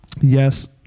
Yes